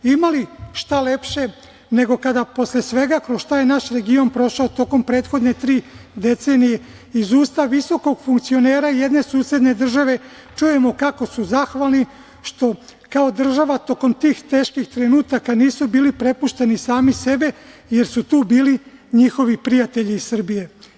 Ima li šta lepše nego kada posle svega kroz šta je naš region prošao tokom prethodne tri decenije, iz usta visokog funkcionera jedne susedne države čujemo kako su zahvalni što država tokom tih teških trenutaka nisu bili prepušteni sami sebi, jer su tu bili njihovi prijatelji iz Srbije.